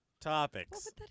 topics